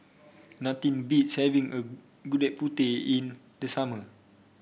nothing beats having Gudeg Putih in the summer